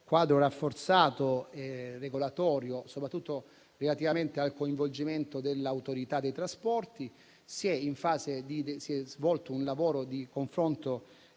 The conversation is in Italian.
quadro rafforzato e regolatorio, soprattutto relativamente al coinvolgimento dell'Autorità di regolazione dei trasporti. Si è svolto un lavoro di confronto